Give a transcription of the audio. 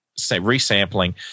resampling